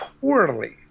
poorly